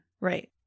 Right